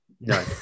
No